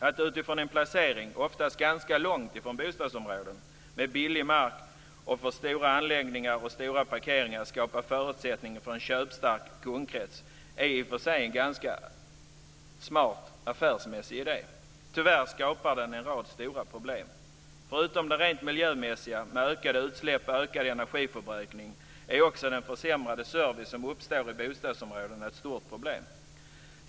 Att utifrån en placering, oftast ganska långt från bostadsområden, med billig mark för stora anläggningar och stora parkeringar skapa förutsättningar för en köpstark kundkrets är i och för sig en ganska smart affärsmässig idé. Tyvärr skapar den en rad stora problem. Förutom det rent miljömässiga med ökade utsläpp och ökad energiförbrukning är också den försämrade service som blir fallet i bostadsområdena ett stort problem.